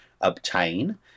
obtain